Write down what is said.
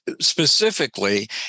specifically